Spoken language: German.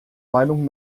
meinung